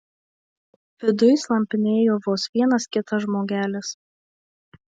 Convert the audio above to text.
viduj slampinėjo vos vienas kitas žmogelis